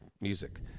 music